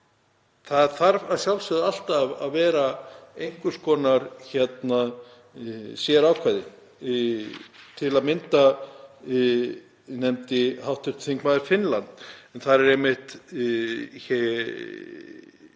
Það þarf að sjálfsögðu alltaf að vera einhvers konar sérákvæði. Til að mynda nefndi hv. þingmaður Finnland en þar er einmitt